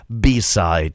B-side